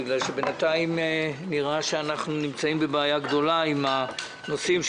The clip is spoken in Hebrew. בגלל שבינתיים נראה שאנחנו נמצאים בבעיה גדולה עם הנושאים.